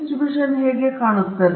ಆದ್ದರಿಂದ ಸಾಮಾನ್ಯ ವಿತರಣೆ ಹೇಗೆ ಕಾಣುತ್ತದೆ